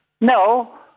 No